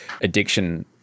addiction